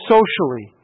Socially